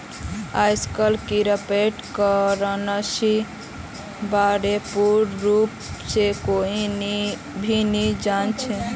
आईजतक क्रिप्टो करन्सीर बा र पूर्ण रूप स कोई भी नी जान छ